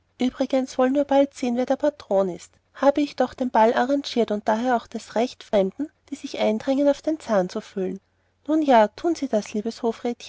übrigens wollen wir bald sehen wer der patron ist habe ich doch den ball arrangiert und daher auch das recht fremden die sich eindrängen auf den zahn zu fühlen nun ja tun sie das